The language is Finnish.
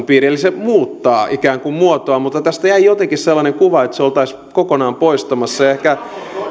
piiriin eli se muuttaa ikään kuin muotoaan mutta tästä jäi jotenkin sellainen kuva että se oltaisiin kokonaan poistamassa ja ehkä